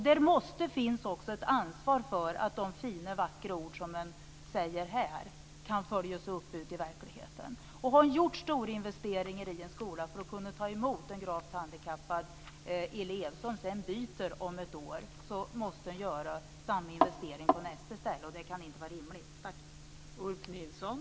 Det måste finnas ett ansvar också för att de vackra orden här kan följas upp ute i verkligheten. Man kan ju ha gjort stora investeringar i en skola just för att kunna ta emot en gravt handikappad elev som sedan efter ett år byter skola. Då måste samma investering göras på nästa ställe. Det kan inte vara rimligt.